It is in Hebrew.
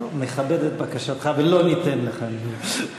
טוב, נכבד את בקשתך ולא ניתן לך לנאום.